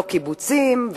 לא קיבוצים,